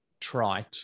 trite